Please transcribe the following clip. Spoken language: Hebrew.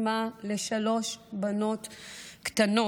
אימא לשלוש בנות קטנות.